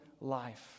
life